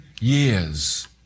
years